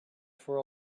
for